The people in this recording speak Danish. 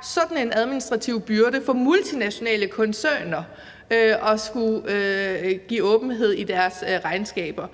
sådan en administrativ byrde for multinationale koncerner at skulle give åbenhed i deres regnskaber.